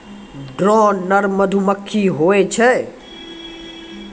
drone नर मधुमक्खी होय छै